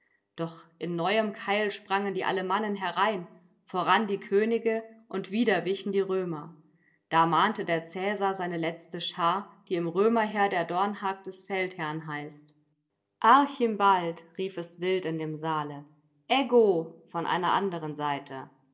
doch in neuem keil sprangen die alemannen herein voran die könige und wieder wichen die römer da mahnte der cäsar seine letzte schar die im römerheer der dornhag des feldherrn heißt archimbald rief es wild in dem saale eggo von einer anderen seite